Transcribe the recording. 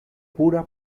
pura